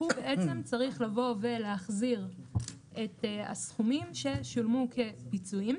הוא בעצם צריך לבוא ולהחזיר את הסכומים ששולמו כפיצויים.